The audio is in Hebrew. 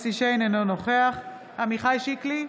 אינו נוכח עמיחי שיקלי,